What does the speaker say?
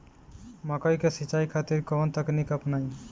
मकई के सिंचाई खातिर कवन तकनीक अपनाई?